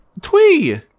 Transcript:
Twee